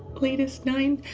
latest, nine.